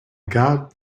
god